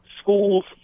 schools